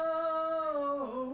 oh